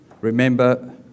Remember